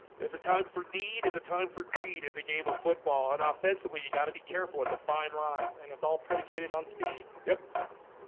there's a time for need at a time for greed in the game of football and offensively you got to be careful it's a fine line and it's all predicated on speed. yep